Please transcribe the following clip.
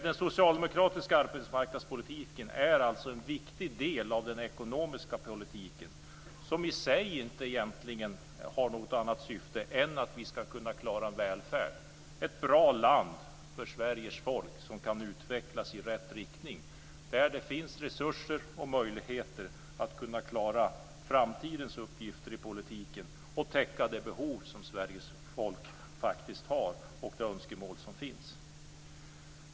Den socialdemokratiska arbetsmarknadspolitiken är en viktig del av den ekonomiska politiken, som i sig inte har något annat syfte än att vi ska kunna klara en välfärd. Det ska vara ett bra land för Sveriges folk som kan utvecklas i rätt riktning, där det finns resurser och möjligheter att klara framtidens uppgifter i politiken och täcka de behov och önskemål som Sveriges folk har.